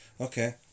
okay